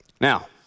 Now